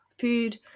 food